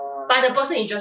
orh okay